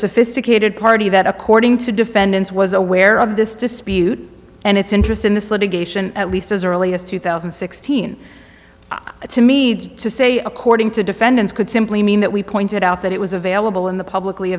sophisticated party that according to defendants was aware of this dispute and its interest in this litigation at least as early as two thousand and sixteen to me to say according to defendants could simply mean that we pointed out that it was available in the publicly